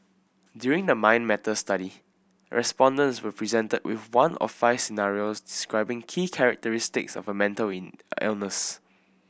during the Mind Matters study respondents were presented with one of five scenarios describing key characteristics of a mental illness